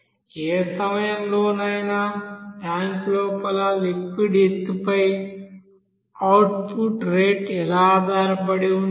ఏ సమయంలోనైనా ట్యాంక్ లోపల లిక్విడ్ ఎత్తుపై అవుట్పుట్ రేటు ఎలా ఆధారపడి ఉంటుంది